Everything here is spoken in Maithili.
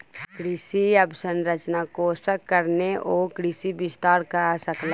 कृषि अवसंरचना कोषक कारणेँ ओ कृषि विस्तार कअ सकला